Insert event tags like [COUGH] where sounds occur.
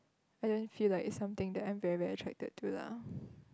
I don't feel like it's something that I'm very very attracted to lah [BREATH]